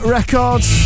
Records